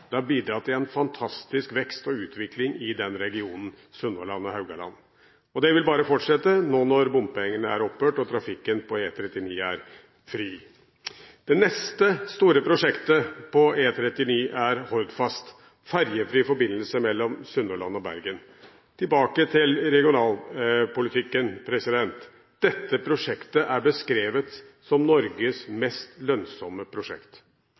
Det har bidratt til en fantastisk vekst og utvikling i regionen Sunnhordland og Haugaland, og det vil bare fortsette nå når bompengene er opphørt og trafikken på E39 er fri. Det neste store prosjektet på E39 er Hordfast, ferjefri forbindelse mellom Sunnhordland og Bergen. Tilbake til regionalpolitikken. Dette prosjektet er beskrevet som Norges mest lønnsomme prosjekt.